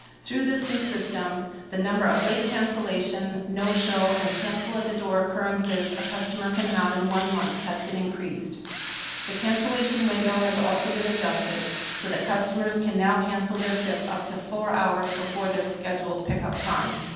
through this new system the number of late cancellation no-show and cancel at the door occurrences a customer can have in one month has been increased the cancellation window has also been adjusted so that customers can now cancel their trip up to four hours before their scheduled pickup time.